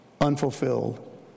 unfulfilled